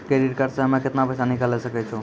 Credit card से हम्मे केतना पैसा निकाले सकै छौ?